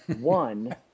one